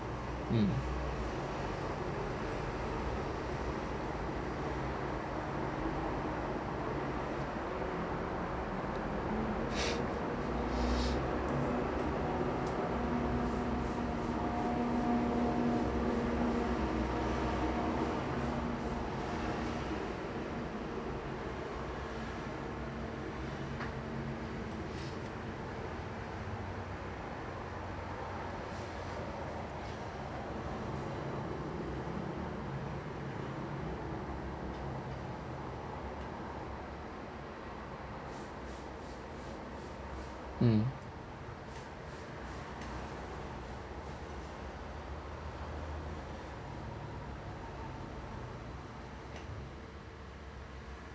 um mmhmm